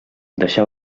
deixa